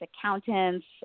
accountants